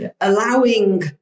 allowing